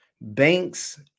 banks